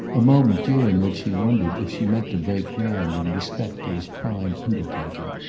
a moment during which he wondered if she meant to break ground in respect to his prime undertaking.